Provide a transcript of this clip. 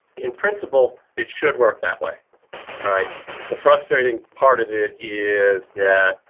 in principle, it should work that way, alright the frustrating part of it is that